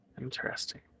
Interesting